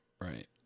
Right